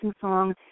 song